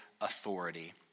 authority